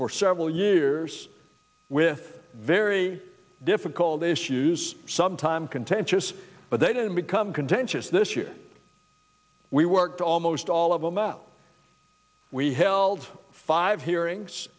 for several years with very difficult issues some time contentious but they didn't become contentious this year we worked almost all of them out we held five hearings